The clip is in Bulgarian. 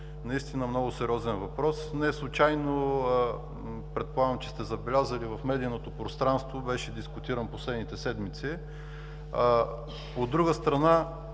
наистина много сериозен въпрос. Не случайно, предполагам, че сте забелязали, в медийното пространство беше дискутиран в последните седмици. От друга страна,